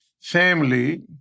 family